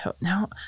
Now